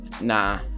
Nah